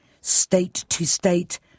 state-to-state